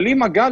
בלי מגע,